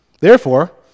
Therefore